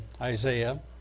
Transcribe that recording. Isaiah